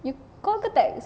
you call ke text